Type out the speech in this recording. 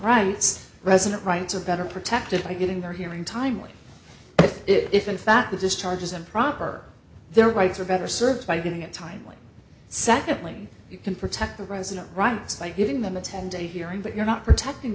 rights resident rights are better protected by getting their hearing timely if in fact the discharge is improper their rights are better served by getting a timely secondly you can protect the resident rights by giving them a ten day hearing but you're not protecting